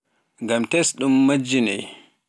ngam tes ɗum majjinaay.